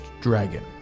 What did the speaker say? dragon